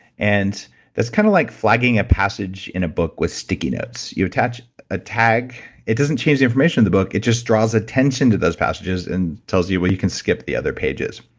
and it's kind of like flagging a passage in a book with sticky notes. you attach a tag. it doesn't change the information of the book. it just draws attention to those passages and tells you you you can skip the other pages.